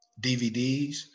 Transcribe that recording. DVDs